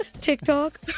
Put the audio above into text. TikTok